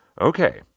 Okay